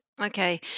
Okay